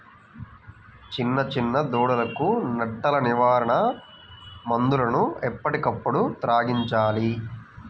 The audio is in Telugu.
చిన్న చిన్న దూడలకు నట్టల నివారణ మందులను ఎప్పటికప్పుడు త్రాగించాలి